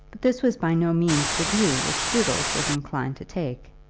this was by no means the view which doodles was inclined to take.